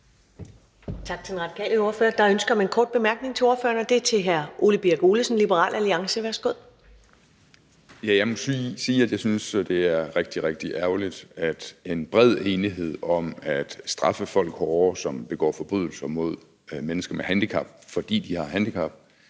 Tak til den radikale ordfører. Der er et ønske om en kort bemærkning til ordføreren, og den er fra hr. Ole Birk Olesen, Liberal Alliance. Værsgo. Kl. 10:41 Ole Birk Olesen (LA): Jeg må sige, at jeg synes, det er rigtig, rigtig ærgerligt, at den brede enighed om at straffe folk hårdere, som begår forbrydelser mod mennesker med handicap, fordi de har handicap,